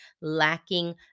lacking